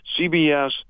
CBS